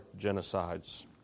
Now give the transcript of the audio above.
genocides